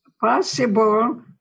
possible